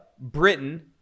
Britain